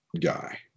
guy